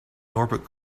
norbert